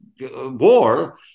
war